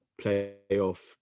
playoff